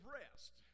rest